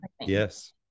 Yes